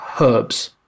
herbs